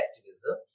activism